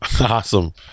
awesome